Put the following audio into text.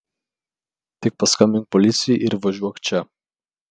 tik paskambink policijai ir važiuok čia